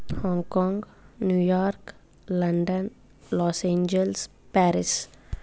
Hong Kong New York London Los Angeles Paris